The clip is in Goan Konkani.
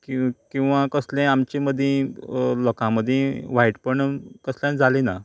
कि किंवा कसले आमचे मदीं लोकां मदीं वायटपण कसलेच जाले ना